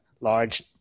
large